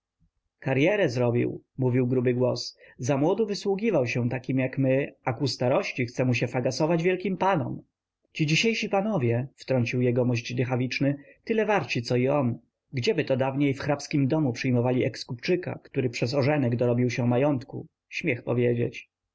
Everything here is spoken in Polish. karyerę zrobił mówił gruby głos zamłodu wysługiwał się takim jak my a ku starości chce mu się fagasować wielkim panom ci dzisiejsi panowie wtrącił jegomość dychawiczny tyle warci co i on gdzieby to dawniej w hrabskim domu przyjmowali ex kupczyka który przez ożenek dorobił się majątku śmiech powiedzieć